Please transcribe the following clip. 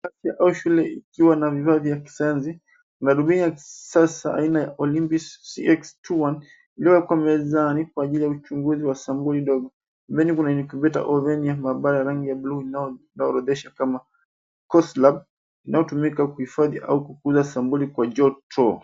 Afya au shule ikiwa na vifaa vya kisayansi na dumuia ya kisasa aina ya olimpise cx21 iliwekwa mezani kwa ajili ya uchunguzi wa sampuli ndogo penye kuna incubator au venye mabara ya rangi ya buluu inaoorodhesha kama course lab inaotumika kuhifadhi au kukuza sampuli kwa joto.